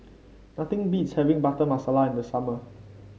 nothing beats having Butter Masala in the summer